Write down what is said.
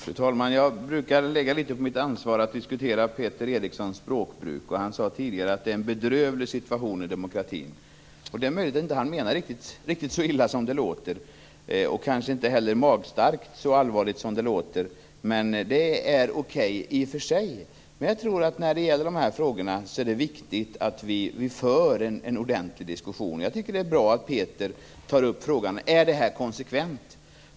Fru talman! Jag brukar lägga litet på mitt ansvar att diskutera Peter Erikssons språkbruk. Han sade tidigare att det är en bedrövlig situation vad gäller demokratin. Det är möjligt att han inte menar riktigt så illa som det låter. Han kanske inte heller menar så illa med ordet magstarkt som det låter. Det är okej i och för sig. Men jag tror att det är viktigt att vi för en ordentlig diskussion om dessa frågor. Jag tycker att det är bra att Peter tar upp frågan om detta är konsekvent.